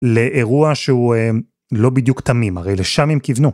לאירוע שהוא לא בדיוק תמים, הרי לשם הם כיוונו.